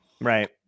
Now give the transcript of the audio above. Right